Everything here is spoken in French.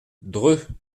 dreux